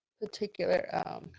particular